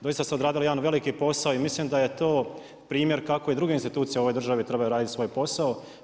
Doista ste odradili jedan veliki posao i mislim da je to primjer kako i druge institucije u ovoj državi trebaju raditi svoj posao.